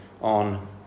on